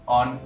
on